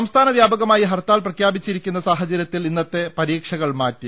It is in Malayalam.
സംസ്ഥാന വ്യാപകമായി ഹർത്താൽ പ്രഖ്യാപിച്ചിരിക്കുന്ന സാഹച രൃത്തിൽ ഇന്നത്തെ പരീക്ഷകൾ മാറ്റി